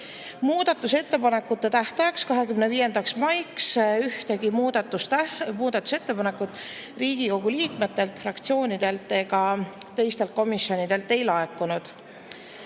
Muudatusettepanekute tähtajaks, 25. maiks ühtegi muudatusettepanekut Riigikogu liikmetelt, fraktsioonidelt ega teistelt komisjonidelt ei laekunud.